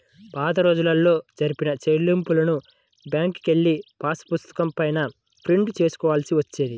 పాతరోజుల్లో జరిపిన చెల్లింపులను బ్యేంకుకెళ్ళి పాసుపుస్తకం పైన ప్రింట్ చేసుకోవాల్సి వచ్చేది